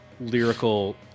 lyrical